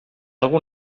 algun